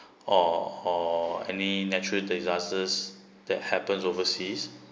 or or any natural disasters that happen overseas